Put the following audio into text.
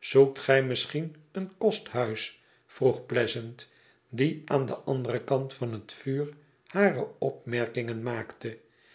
zoekt gij misschien een kosthuis vroeg pleasant die aan den anderen kant van het vuur hare opmerkingen maakte